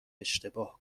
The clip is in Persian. اشتباه